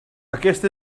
aquest